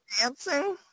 dancing